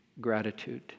gratitude